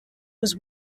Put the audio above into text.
was